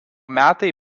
metai